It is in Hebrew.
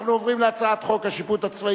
אנחנו עוברים להצעת חוק השיפוט הצבאי